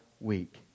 week